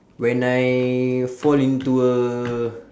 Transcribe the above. when I fall into a